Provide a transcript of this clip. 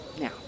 Now